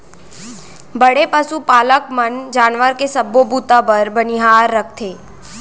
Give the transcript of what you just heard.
बड़े पसु पालक मन जानवर के सबो बूता बर बनिहार राखथें